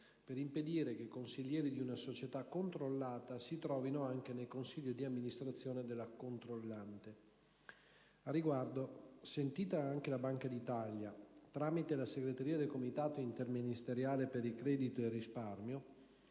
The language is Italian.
per impedire che consiglieri di una società controllata si trovino anche nel Consiglio di amministrazione della controllante. Al riguardo, sentita anche la Banca d'Italia, tramite la segreteria del Comitato interministeriale per il credito e il risparmio,